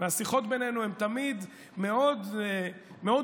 השיחות בינינו הן תמיד מאוד ענייניות,